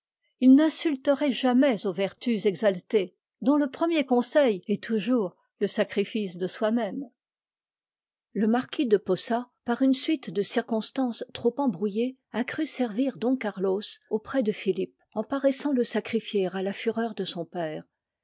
il n'insulterait jamais aux vertus exaltées dont le premier conseil est toujours le sacrifice de soi-même le marquis de posa par une suite de circonstances trop embrouittées a cru servir don carlos auprès de philippe en paraissant le sacrifier à la fureur de son père